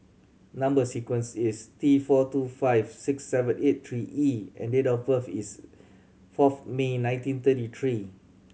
number sequence is T four two five six seven eight three E and date of birth is fourth May nineteen thirty three